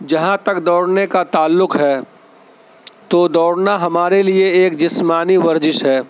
جہاں تک دوڑنے کا تعلق ہے تو دوڑنا ہمارے لیے ایک جسمانی ورزش ہے